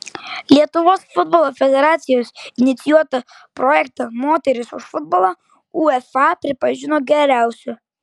lietuvos futbolo federacijos inicijuotą projektą moterys už futbolą uefa pripažino geriausiu